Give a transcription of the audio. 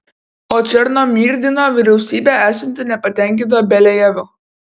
o černomyrdino vyriausybė esanti nepatenkinta beliajevu